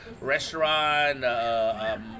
Restaurant